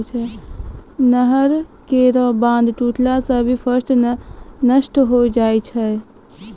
नहर केरो बांध टुटला सें भी फसल नष्ट होय जाय छै